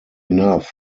enough